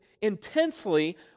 intensely